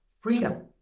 freedom